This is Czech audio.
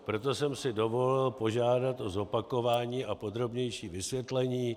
Proto jsem si dovolil požádat o zopakování a podrobnější vysvětlení.